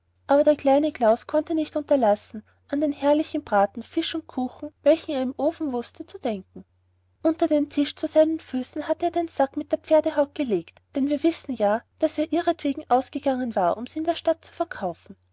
aber der kleine klaus konnte nicht unterlassen an den herrlichen braten fisch und kuchen welche er im ofen wußte zu denken unter den tisch zu seinen füßen hatte er den sack mit der pferdehaut gelegt denn wir wissen ja daß er ihretwegen ausgegangen war um sie in der stadt zu verkaufen